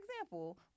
example